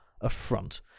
affront